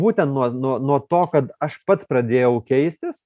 būtent nuo nuo nuo to kad aš pats pradėjau keistis